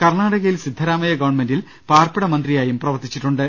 കർണ്ണാടകയിൽ സിദ്ധരാമയ്യ ഗവൺമെന്റിൽ പാർപ്പിട മന്ത്രിയായി പ്രവർത്തിച്ചിട്ടുണ്ട്